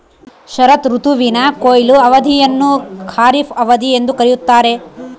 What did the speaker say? ಶರತ್ ಋತುವಿನ ಕೊಯ್ಲು ಅವಧಿಯನ್ನು ಖಾರಿಫ್ ಅವಧಿ ಎಂದು ಕರೆಯುತ್ತಾರೆ